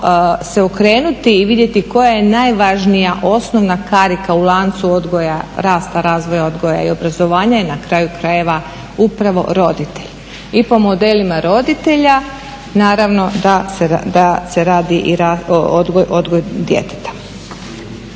se okrenuti i vidjeti koja je najvažnija osnovna karika u lancu odgoja rasta, razvoja, odgoja i obrazovanja i na kraju krajeva upravo roditelj. I po modelima roditelja naravno da se radi i odgoj djeteta.